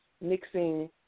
mixing